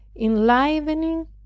enlivening